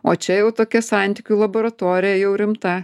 o čia jau tokia santykių laboratorija jau rimta